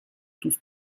tous